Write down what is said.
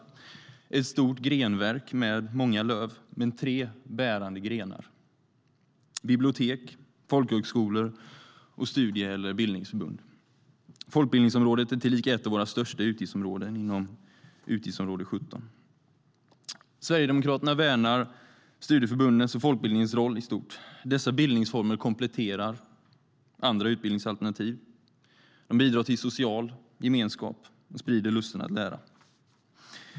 Det är ett stort grenverk med många löv, men det är tre bärande grenar: bibliotek, folkhögskolor och studie eller bildningsförbund. Folkbildningsområdet är tillika ett av våra största utgiftsområden inom utgiftsområde 17. Sverigedemokraterna värnar studieförbundens och folkbildningens roll i stort. Dessa bildningsformer kompletterar andra utbildningsalternativ, bidrar till social gemenskap och sprider lusten att lära.